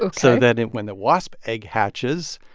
like so that when the wasp egg hatches,